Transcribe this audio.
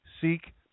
seek